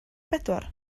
bedwar